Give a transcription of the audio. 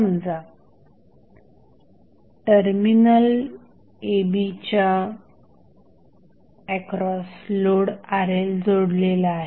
समजा terminal a b च्या across load RLजोडलेला आहे